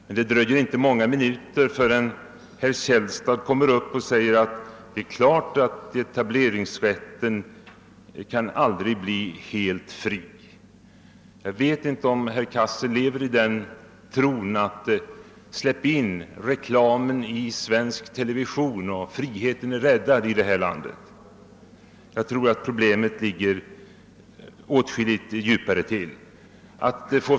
Emellertid dröjde det inte många minuter förrän herr Källstad sade att det är klart att etableringsrätten aldrig kan bli helt fri. Jag vet inte om herr Cassel lever i den tron, att släpper vi in reklamen i svensk television är friheten räddad här i landet. Jag anser att problemet ligger åtskilligt djupare.